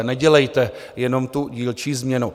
Nedělejte jenom tu dílčí změnu.